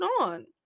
on